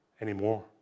anymore